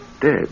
dead